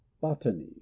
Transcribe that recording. Botany